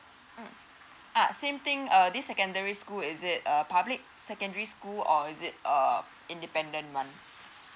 mm uh same thing uh this secondary school is it a public secondary school or is it uh independent one